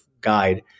guide